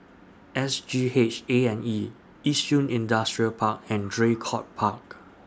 S G H A and E Yishun Industrial Park and Draycott Park